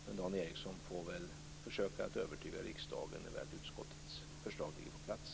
Men Dan Ericsson får väl försöka att övertyga riksdagen när väl utskottets förslag ligger på plats.